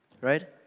right